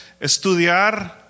estudiar